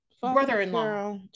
brother-in-law